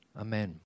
Amen